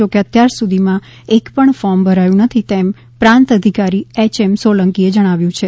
જોકે અત્યાર સુધીમાં એક પણ ફોર્મ ભરાયું નથી એમ પ્રાંત અધિકારી એય એમ સોલંકી એ જણાવ્યુ છે